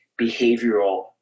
behavioral